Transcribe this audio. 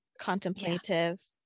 contemplative